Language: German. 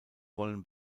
wollen